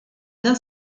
bien